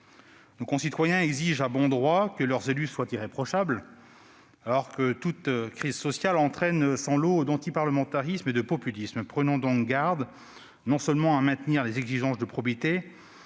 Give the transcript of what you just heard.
Nos concitoyens exigent à bon droit que leurs élus soient irréprochables, alors que toute crise sociale entraîne son lot d'antiparlementarisme et de populisme. Prenons donc garde non seulement à maintenir les exigences de probité,